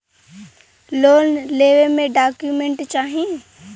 Loan लेवे मे का डॉक्यूमेंट चाही?